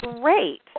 great